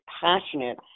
passionate